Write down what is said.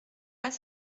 pas